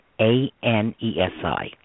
A-N-E-S-I